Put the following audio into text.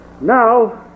Now